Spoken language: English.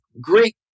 great